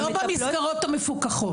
לא במסגרות המפוקחות.